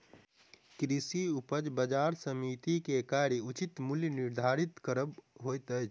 कृषि उपज बजार समिति के कार्य उचित मूल्य निर्धारित करब होइत अछि